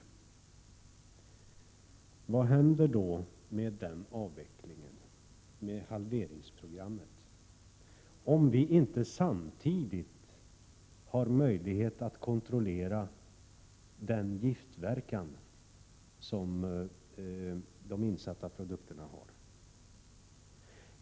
Men vad händer med avvecklingen, det s.k. halveringsprogrammet, om vi inte samtidigt har möjlighet att kontrollera giftpåverkan på produkterna?